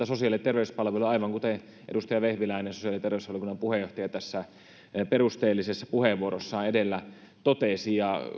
sosiaali ja terveyspalveluihin aivan kuten edustaja vehviläinen sosiaali ja terveysvaliokunnan puheenjohtaja perusteellisessa puheenvuorossaan edellä totesi ja